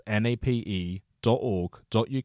nape.org.uk